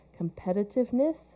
Competitiveness